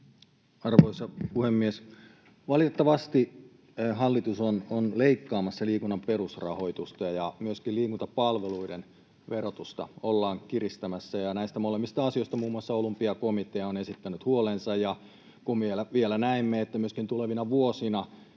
Arvoisa puhemies! Valitettavasti hallitus on leikkaamassa liikunnan perusrahoitusta ja myöskin liikuntapalveluiden verotusta ollaan kiristämässä, ja näistä molemmista asioista muun muassa Olympiakomitea on esittänyt huolensa. Kun vielä näemme, että myöskin tulevina vuosina